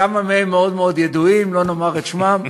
כמה מהם מאוד מאוד ידועים, לא נאמר את שמם.